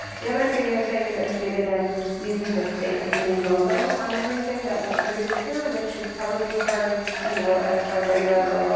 the other thing is they negotiated and using the state and city logo on everything that was produced here which is probably part of you know a regular